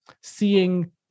seeing